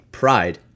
pride